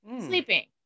Sleeping